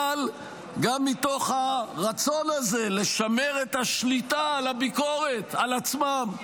אבל גם מתוך הרצון הזה לשמר את השליטה על הביקורת על עצמם.